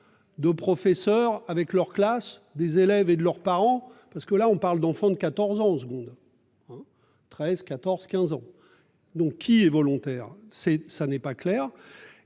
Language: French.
De professeurs avec leur classe, des élèves et de leurs parents, parce que là on parle d'enfants de 14 secondes hein 13, 14 15 ans. Donc il est volontaire, c'est, ça n'est pas clair.